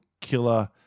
killer